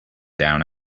down